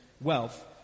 wealth